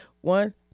One